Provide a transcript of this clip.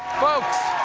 folks,